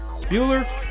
Bueller